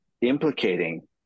implicating